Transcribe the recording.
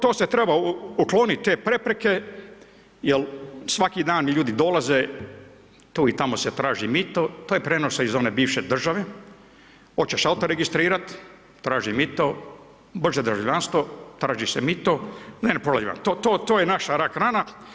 To se treba uklonit te prepreke jel svaki dan ljudi dolaze, tu i tamo se traži mito, to je prenose iz one bivše države, oćeš auto registrirat, traži mito, može državljanstvo, traži se mito …/nerazumljivo/… to to je naša rak rana.